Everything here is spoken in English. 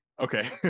Okay